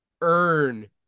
earn